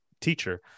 teacher